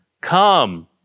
come